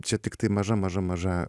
čia tiktai maža maža maža